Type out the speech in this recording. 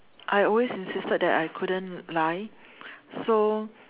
I always insisted that I couldn't lie so